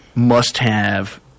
must-have